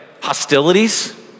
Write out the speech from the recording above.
Hostilities